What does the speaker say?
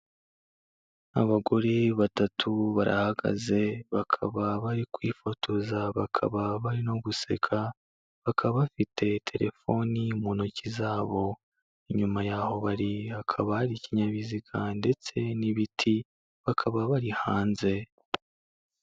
Abagore batatu barahagaze bakaba bari kwifotoza bakaba barimo guseka, bakaba bafite telefoni mu ntoki zabo, inyuma y'aho bari hakaba hari ikinyabiziga ndetse n'ibiti bakaba bari hanze.